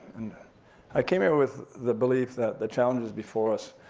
i came here with the belief that the challenges before us,